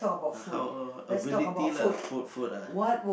ah how ability lah food food ah